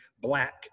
black